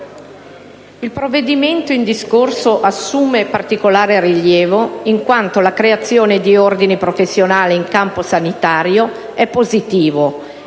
il provvedimento in esame assume particolare rilievo in quanto la creazione di ordini professionali in campo sanitario è positiva